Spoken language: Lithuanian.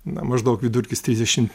na maždaug vidurkis trisdešim